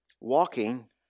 walking